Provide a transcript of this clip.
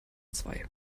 zwei